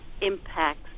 impacts